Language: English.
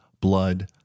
blood